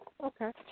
Okay